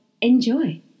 Enjoy